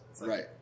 Right